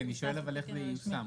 ראיתי, אבל אני שואל איך זה ייושם?